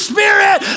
Spirit